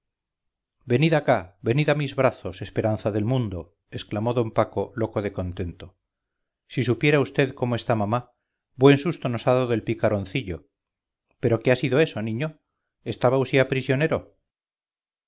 venid acá venid a mis brazos esperanza del mundo exclamó d paco loco de contento si supiera vd cómo está mamá buen susto nos hadado el picaroncillo pero qué ha sido eso niño estaba usía prisionero